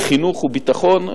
בחינוך וביטחון.